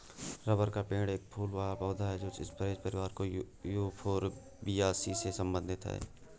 rubber का पेड़ एक फूल वाला पौधा है जो स्परेज परिवार यूफोरबियासी से संबंधित है